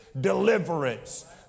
deliverance